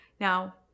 now